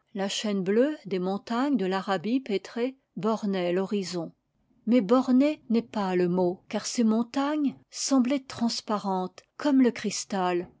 la chaîne bleue des mon tagnes de l'arabie pétrée bornait l'horizon mais borner n'est pas le mot car ces montagnes semblaient transparentes comme le cristal